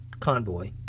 convoy